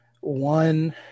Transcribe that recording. one